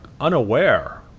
unaware